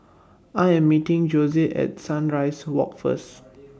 I Am meeting Josiah At Sunrise Walk First